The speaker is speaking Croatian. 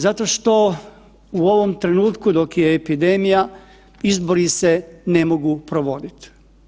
Zato što u ovom trenutku dok je epidemija izbori se ne mogu provoditi.